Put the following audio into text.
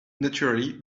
naturally